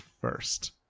first